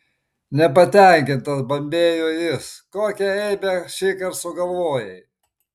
nepatenkintas bambėjo jis kokią eibę šįkart sugalvojai